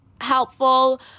helpful